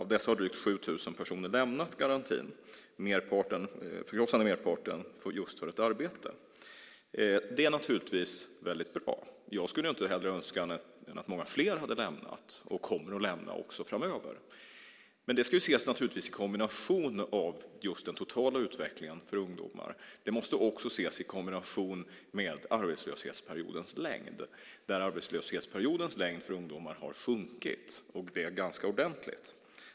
Av dessa har drygt 7 000 personer lämnat garantin, den förkrossande merparten just för ett arbete. Det är naturligtvis väldigt bra. Jag skulle intet hellre önska än att många fler hade lämnat och kommer att lämna garantin framöver. Men det ska naturligtvis ses i kombination med den totala utvecklingen för ungdomar. Det måste också ses i kombination med arbetslöshetsperiodens längd. Arbetslöshetsperiodens längd för ungdomar har sjunkit ganska ordentligt.